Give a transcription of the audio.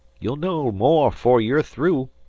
you'll know more fore you're through.